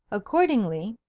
accordingly,